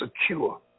secure